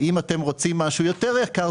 אם אתם רוצים משהו יותר יקר,